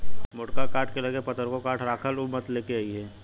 मोटका काठ के लगे पतरको काठ राखल उ मत लेके अइहे